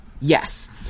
yes